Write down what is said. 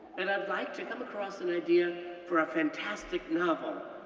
and i'd like to come across an idea for a fantastic novel,